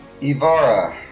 Ivara